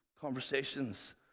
conversations